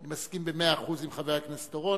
אני מסכים במאה אחוז עם חבר הכנסת אורון,